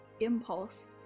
impulse